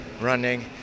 running